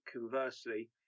conversely